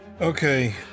Okay